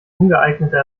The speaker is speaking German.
ungeeigneter